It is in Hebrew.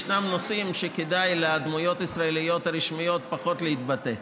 ישנם נושאים שבהם כדאי לדמויות הישראליות הרשמיות פחות להתבטא.